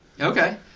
Okay